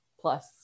plus